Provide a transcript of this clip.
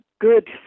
good